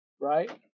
right